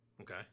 okay